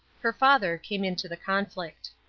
her father came into the conflict